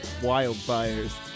wildfires